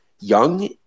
young